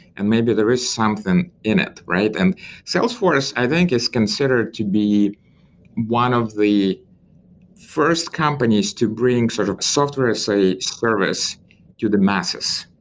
and maybe there is something in it. and salesforce i think is considered to be one of the first companies to bring sort of software as a service to the masses.